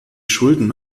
schulden